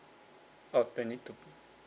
oh twenty two